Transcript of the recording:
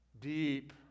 deep